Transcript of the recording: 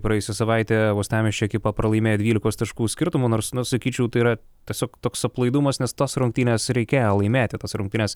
praėjusią savaitę uostamiesčio ekipa pralaimėjo dvylikos taškų skirtumu nors nu sakyčiau tai yra tiesiog toks aplaidumas nes tas rungtynes reikėjo laimėti tas rungtynes